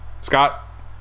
Scott